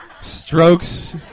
strokes